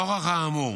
נוכח האמור,